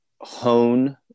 hone